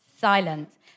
Silence